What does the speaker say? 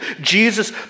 Jesus